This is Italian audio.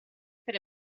per